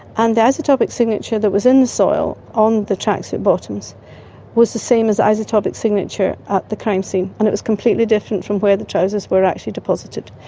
and the isotopic signature that was in the soil on the tracksuit bottoms was the same as the isotopic signature at the crime scene and it was completely different from where the trousers were actually deposited.